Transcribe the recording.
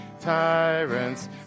tyrants